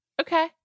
Okay